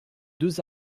deux